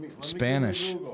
Spanish